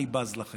אני בז לכם,